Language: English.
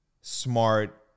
smart